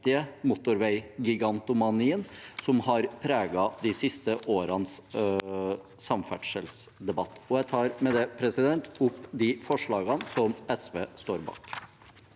motorveigigantomanien som har preget de siste årenes samferdselsdebatt. Jeg tar med det opp de forslagene SV står bak.